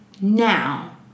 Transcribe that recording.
now